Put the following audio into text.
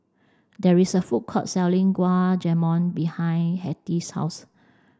there is a food court selling Gulab Jamun behind Hetty's house